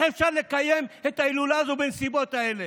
אפשר לקיים את ההילולה הזאת בנסיבות האלה.